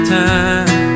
time